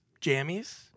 jammies